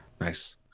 Nice